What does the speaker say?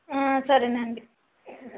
ఆ సరే అండి